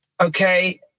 okay